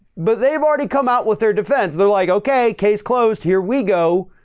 but they've already come out with their defense. they're like, okay, case closed. here we go.